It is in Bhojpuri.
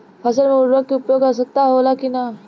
फसल में उर्वरक के उपयोग आवश्यक होला कि न?